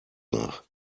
nach